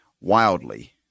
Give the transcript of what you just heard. wildly